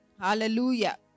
Hallelujah